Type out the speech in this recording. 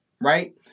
right